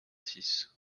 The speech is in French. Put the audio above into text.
six